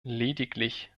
lediglich